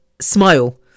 smile